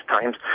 times